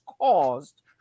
caused